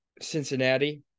Cincinnati